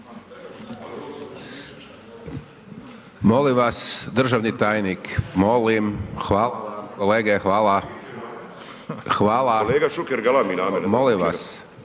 Molim vas državni tajnik, molim, hvala vam, kolege hvala …/Upadica: